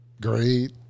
great